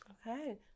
okay